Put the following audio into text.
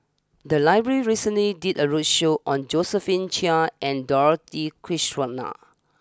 the library recently did a roadshow on Josephine Chia and Dorothy Krishnan